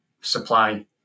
supply